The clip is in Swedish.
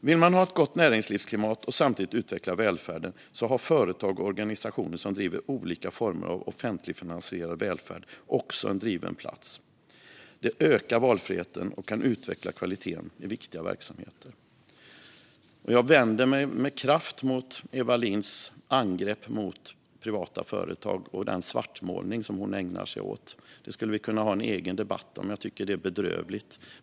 Vill man ha ett gott näringslivsklimat och samtidigt utveckla välfärden har företag och organisationer som driver olika former av offentligfinansierad välfärd också en given plats. Det ökar valfriheten och kan utveckla kvaliteten i viktiga verksamheter. Jag vänder mig med kraft mot Eva Lindhs angrepp mot privata företag och den svartmålning som hon ägnar sig åt. Det skulle vi kunna ha en egen debatt om; jag tycker att det är bedrövligt.